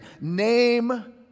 name